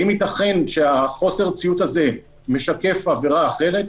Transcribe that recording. האם ייתכן שחוסר הציות הזה משקף עבירה אחרת?